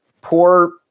poor